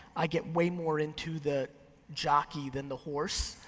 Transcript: i get way more into the jockey than the horse.